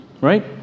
Right